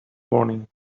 morning